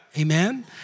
Amen